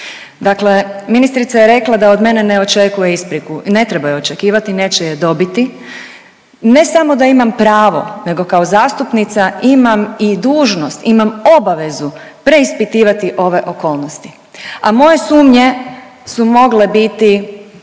Dakle ministrica je rekla da od mene ne očekuje ispriku i ne trebaju ju očekivati i neće je dobiti, ne samo da imam pravo, nego kao zastupnica imam i dužnost, imamo obavezu preispitivati ove okolnosti, a moje sumnje su mogle biti